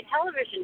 television